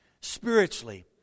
Spiritually